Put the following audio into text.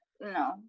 No